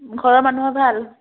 ঘৰৰ মানুহৰ ভাল